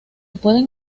pueden